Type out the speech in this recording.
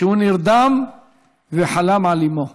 הוא נרדם וחלם על אימו,